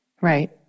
Right